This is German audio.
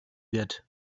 wird